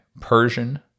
Persian